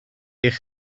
eich